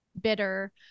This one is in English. bitter